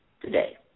today